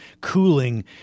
cooling